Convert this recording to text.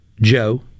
Joe